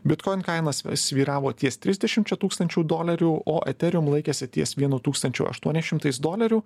bitkoin kainos svyravo ties trisdešimčia tūkstančių dolerių o eterium laikėsi ties vienu tūkstančiu aštuoni šimtais dolerių